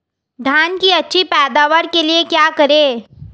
धान की अच्छी पैदावार के लिए क्या करें?